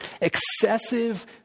Excessive